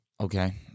Okay